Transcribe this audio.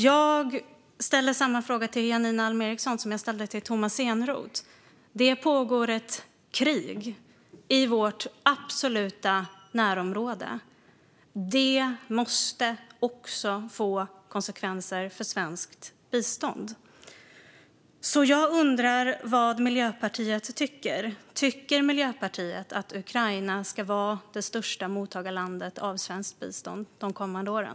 Jag ställer samma fråga till Janine Alm Ericson som jag ställde till Tomas Eneroth. Det pågår ett krig i vårt absoluta närområde. Det måste också få konsekvenser för svenskt bistånd. Jag undrar vad Miljöpartiet tycker. Tycker Miljöpartiet att Ukraina ska vara det största mottagarlandet när det gäller svenskt bistånd de kommande åren?